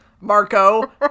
Marco